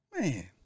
Man